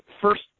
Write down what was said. first